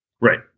Right